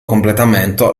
completamento